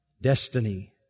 destiny